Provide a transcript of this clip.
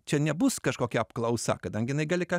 čia nebus kažkokia apklausa kadangi jinai gali ką